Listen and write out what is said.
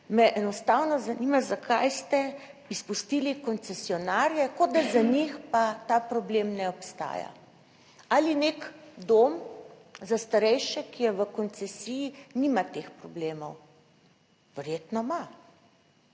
me enostavno zanima, zakaj ste izpustili koncesionarje. Kot da za njih pa ta problem ne obstaja. Ali nek dom za starejše, ki je v koncesiji, nima teh problemov? Verjetno ima,